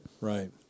Right